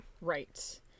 Right